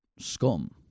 scum